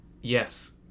Yes